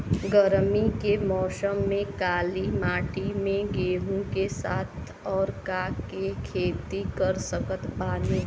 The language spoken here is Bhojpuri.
गरमी के मौसम में काली माटी में गेहूँ के साथ और का के खेती कर सकत बानी?